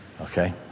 Okay